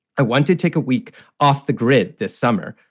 i want to take a week off the grid this summer.